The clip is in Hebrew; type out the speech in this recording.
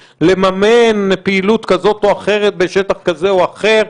לממן פעילות כזאת או אחרת בשטח כזה או אחר,